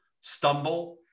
stumble